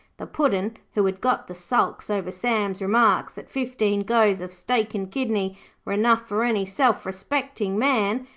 the puddin', who had got the sulks over sam's remarks that fifteen goes of steak-and-kidney were enough for any self-respecting man,